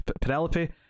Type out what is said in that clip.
Penelope